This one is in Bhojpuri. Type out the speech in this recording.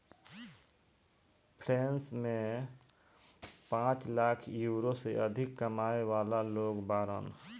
फ्रेंच में पांच लाख यूरो से अधिक कमाए वाला लोग बाड़न